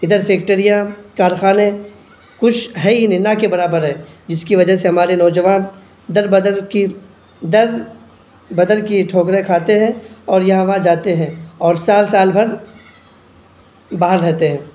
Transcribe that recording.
ادھر فیکٹریاں کارخانے کچھ ہیں ہی نہیں نہ کے برابر ہیں جس کی وجہ سے ہمارے نوجوان در بدر کی در بدر کی ٹھوکریں کھاتے ہیں اور یہاں وہاں جاتے ہیں اور سال سال بھر باہر رہتے ہیں